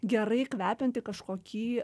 gerai kvepiantį kažkokį